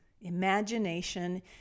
Imagination